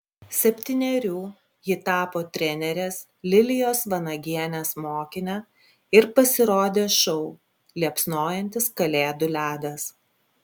septynerių ji tapo trenerės lilijos vanagienės mokine ir pasirodė šou liepsnojantis kalėdų ledas